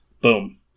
Boom